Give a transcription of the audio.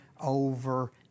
over